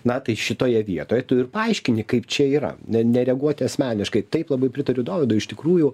na tai šitoje vietoje tu ir paaiškini kaip čia yra nereaguoti asmeniškai taip labai pritariu dovydui iš tikrųjų